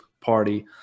party